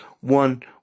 one